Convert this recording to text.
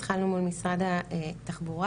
התחלנו מול משרד התחבורה,